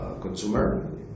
consumer